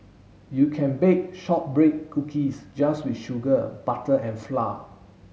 you can bake shortbread cookies just with sugar butter and flour